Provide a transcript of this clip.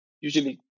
usually